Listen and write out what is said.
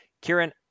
Kieran